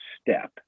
step